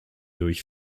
durch